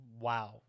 wow